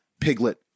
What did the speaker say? piglet